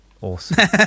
Awesome